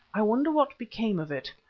i wonder what became of it.